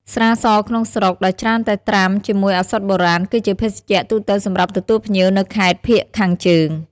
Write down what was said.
ស្រាសក្នុងស្រុក ដែលច្រើនតែត្រាំជាមួយឱសថបុរាណ គឺជាភេសជ្ជៈទូទៅសម្រាប់ទទួលភ្ញៀវនៅខេត្តភាគខាងជើង។